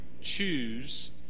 choose